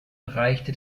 erreichte